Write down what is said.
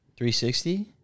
360